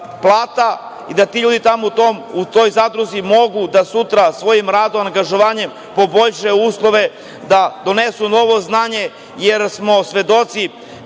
i da ti ljudi u toj zadruzi mogu da sutra svojim radom, angažovanjem poboljšaju uslove da donesu novo znanje, jer smo svedoci